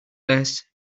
less